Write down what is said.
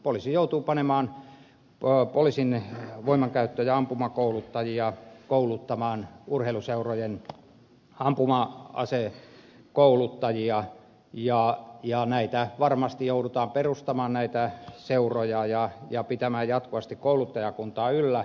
poliisi joutuu panemaan poliisin voimankäyttö ja ampumakouluttajia kouluttamaan urheiluseurojen ampuma asekouluttajia ja varmasti joudutaan perustamaan näitä seuroja ja pitämään jatkuvasti kouluttajakuntaa yllä